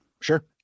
sure